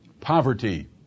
Poverty